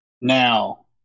now